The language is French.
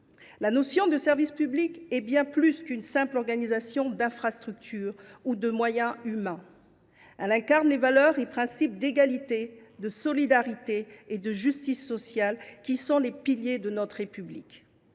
La notion de service public dépasse largement la simple organisation d’infrastructures ou de moyens humains. Elle incarne les valeurs et les principes d’égalité, de solidarité et de justice sociale qui sont les piliers de notre République.